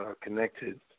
connected